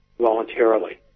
voluntarily